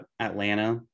atlanta